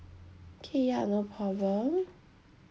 K ya no problem